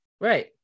Right